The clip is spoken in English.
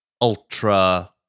ultra